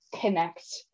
connect